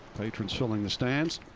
patrons filling the stands.